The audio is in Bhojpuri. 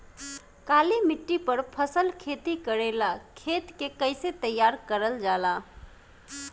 काली मिट्टी पर फसल खेती करेला खेत के कइसे तैयार करल जाला?